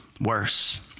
worse